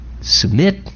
submit